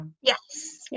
Yes